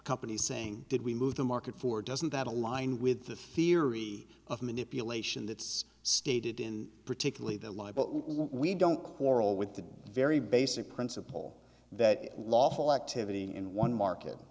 company saying did we move the market for doesn't that align with the theory of manipulation that's stated in particularly the line but we don't quarrel with the very basic principle that lawful activity in one market